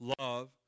Love